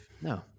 No